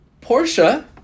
Portia